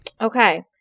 Okay